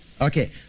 Okay